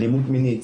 אלימות מינית,